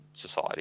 society